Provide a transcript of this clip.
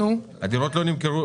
הדירות לא נמכרו